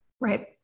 Right